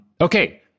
Okay